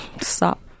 stop